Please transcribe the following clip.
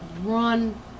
run